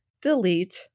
Delete